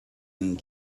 and